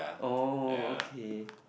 oh okay